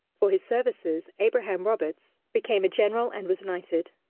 for his services, abraham roberts became a general and was knighted.